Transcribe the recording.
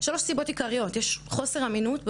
שלוש סיבות עיקריות: יש חוסר אמינות,